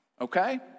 okay